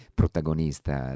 protagonista